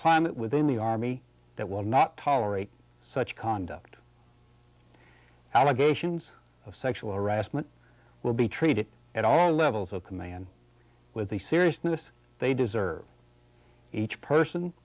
climate within the army that will not tolerate such conduct allegations of sexual harassment will be treated at all levels of command with the seriousness they deserve each person